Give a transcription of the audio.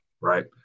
Right